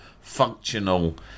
functional